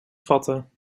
vatten